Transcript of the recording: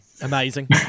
Amazing